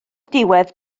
diwedd